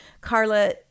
Carla